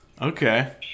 Okay